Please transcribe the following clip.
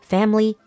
Family